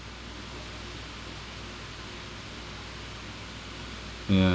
yeah